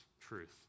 truth